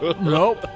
Nope